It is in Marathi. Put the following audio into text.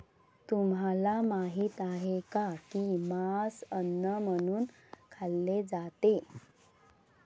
तुम्हाला माहित आहे का की मांस अन्न म्हणून खाल्ले जाते?